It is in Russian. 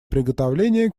приготовления